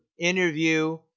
interview